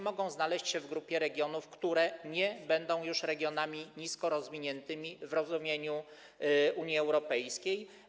Mogą one znaleźć się w grupie regionów, które nie będą już regionami niskorozwiniętymi w rozumieniu Unii Europejskiej.